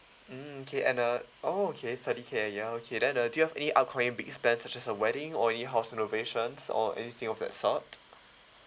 mm okay and uh oh okay thirty K yeah okay then uh do you have any upcoming big spend such as a wedding or any house renovations or anything of that sort